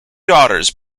daughters